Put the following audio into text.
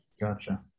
Gotcha